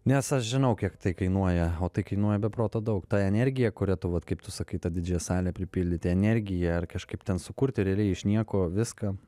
nes aš žinau kiek tai kainuoja o tai kainuoja be proto daug ta energija kurią tu vat kaip tu sakai tą didžiąją salę pripildyti energija ar kažkaip ten sukurti realiai iš nieko viską